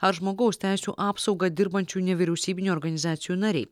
ar žmogaus teisių apsauga dirbančių nevyriausybinių organizacijų nariai